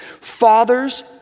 Fathers